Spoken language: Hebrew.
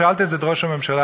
שאלתי אז את ראש הממשלה,